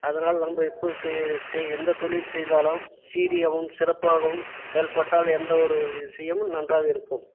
அதனால் நம்ம இப்போது எந்த தொழில் செய்தாலும் சீரியமும் சிறப்பாகவும் செயல்பட்டால் எந்த ஒரு விஷயமும் நன்றாக இருக்கும்